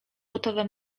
gotowe